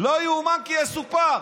לא יאומן כי יסופר.